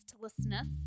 listlessness